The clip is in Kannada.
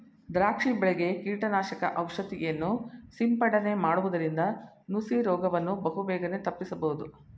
ದ್ರಾಕ್ಷಿ ಬೆಳೆಗೆ ಕೀಟನಾಶಕ ಔಷಧಿಯನ್ನು ಸಿಂಪಡನೆ ಮಾಡುವುದರಿಂದ ನುಸಿ ರೋಗವನ್ನು ಬಹುಬೇಗನೆ ತಪ್ಪಿಸಬೋದು